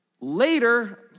Later